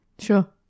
Sure